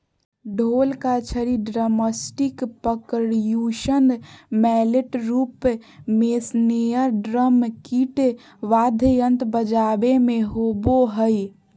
ढोल का छड़ी ड्रमस्टिकपर्क्यूशन मैलेट रूप मेस्नेयरड्रम किट वाद्ययंत्र बजाबे मे होबो हइ